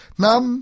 nam